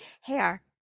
hair